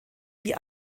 wie